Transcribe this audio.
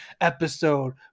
Episode